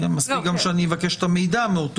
מספיק שאבקש את המידע.